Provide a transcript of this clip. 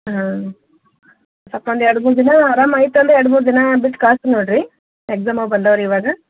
ಹಾಂ ಸೊಲ್ಪ್ ಒಂದು ಎರಡು ಮೂರು ದಿನ ಆರಾಮಾಯ್ತು ಅಂದ್ರ್ ಎರಡು ಮೂರು ದಿನ ಬಿಟ್ಟು ಕಳ್ಸಿ ನೋಡಿರಿ ಎಕ್ಸಾಮೂ ಬಂದವೆ ರಿ ಇವಾಗ